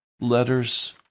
letters